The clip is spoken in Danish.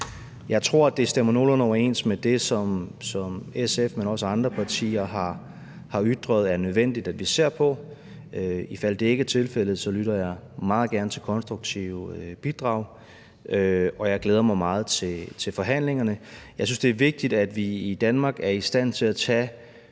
Jeg tror, det stemmer nogenlunde overens med det, som SF, men også andre partier har ytret er nødvendigt vi ser på, men ifald det ikke er tilfældet, lytter jeg meget gerne til konstruktive bidrag, og jeg glæder mig meget til forhandlingerne. Jeg synes, det er vigtigt, at vi i Danmark er i stand til at tage